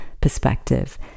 perspective